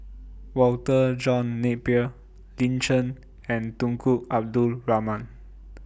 Walter John Napier Lin Chen and Tunku Abdul Rahman